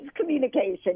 communication